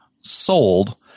sold